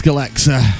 Alexa